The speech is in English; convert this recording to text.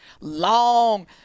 long